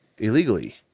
illegally